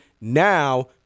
now